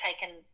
taken